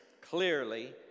Clearly